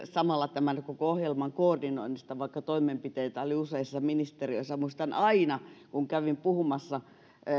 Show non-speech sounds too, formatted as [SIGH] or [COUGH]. [UNINTELLIGIBLE] samalla tämän koko ohjelman koordinoinnista vaikka toimenpiteitä oli useissa ministeriöissä muistan aina kun kävin puhumassa